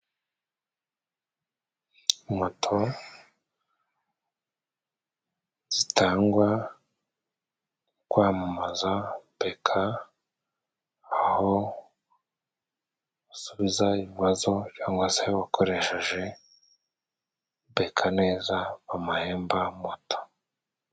Moto zitangwa mu kwamamaza beka aho usubiza ibibazo cyangwa se uwakoresheje beka neza bamahemba moto.